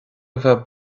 bheith